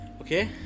okay